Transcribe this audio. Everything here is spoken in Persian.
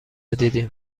دیدی